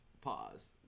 pause